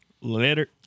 Later